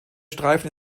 streifen